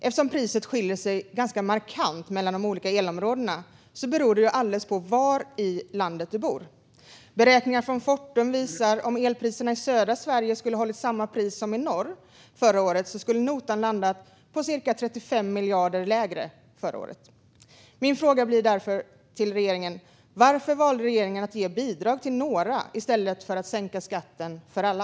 Eftersom priset skiljer sig åt ganska markant mellan de olika elområdena beror det i stället på var i landet du bor. Beräkningar från Fortum visar att om elpriserna i södra Sverige skulle ha varit på samma nivå som i norr förra året skulle notan ha landat på cirka 35 miljarder mindre. Min fråga till regeringen blir därför: Varför valde regeringen att ge bidrag till några i stället för att sänka skatten för alla?